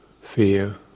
fear